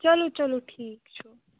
چلو چلو ٹھیٖک چھُ